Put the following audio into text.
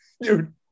dude